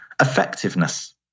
Effectiveness